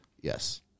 yes